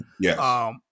Yes